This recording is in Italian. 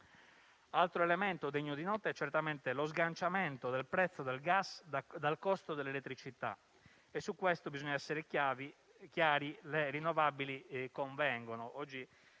altro elemento degno di nota è certamente lo sganciamento del prezzo del gas dal costo dell'elettricità e su questo bisogna essere chiari: le rinnovabili convengono.